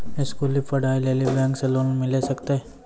स्कूली पढ़ाई लेली बैंक से लोन मिले सकते?